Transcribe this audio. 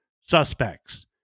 suspects